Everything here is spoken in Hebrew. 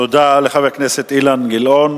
תודה לחבר הכנסת אילן גילאון.